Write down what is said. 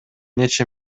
нече